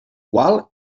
qual